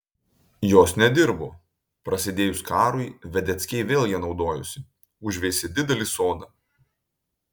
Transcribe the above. jos nedirbo prasidėjus karui vedeckiai vėl ja naudojosi užveisė didelį sodą